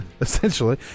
Essentially